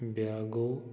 بیٛاکھ گوٚو